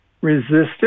resistant